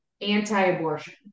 anti-abortion